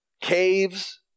caves